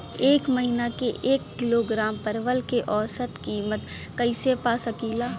एक महिना के एक किलोग्राम परवल के औसत किमत कइसे पा सकिला?